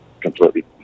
completely